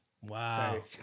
Wow